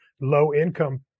low-income